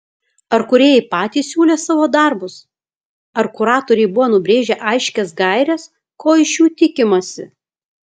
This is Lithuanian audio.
ar kūrėjai patys siūlė savo darbus ar kuratoriai buvo nubrėžę aiškias gaires ko iš jų tikimasi